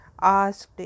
asked